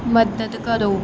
ਮਦਦ ਕਰੋ